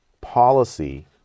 policy